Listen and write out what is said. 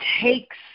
takes